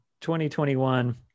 2021